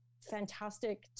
fantastic